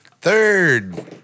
Third